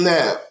Now